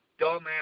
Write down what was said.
dumbass